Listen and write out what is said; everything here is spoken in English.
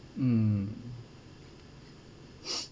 mm